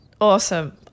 Awesome